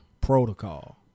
protocol